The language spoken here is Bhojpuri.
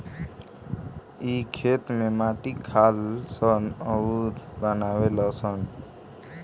इ खेत में माटी खालऽ सन अउरऊ बनावे लऽ सन